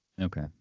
Okay